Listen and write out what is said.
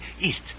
east